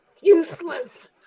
useless